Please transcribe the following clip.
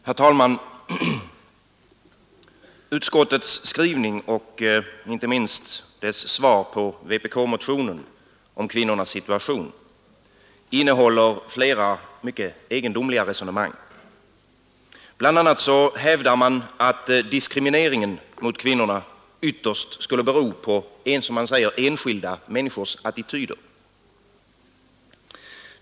Herr talman! Utskottets skrivning och inte minst dess svar på vpk-motionen om kvinnornas situation innehåller flera mycket egendomliga resonemang. BI. a. hävdar man att diskrimineringen mot kvinnorna ytterst skulle bero på, som man säger, enskilda människors attityder.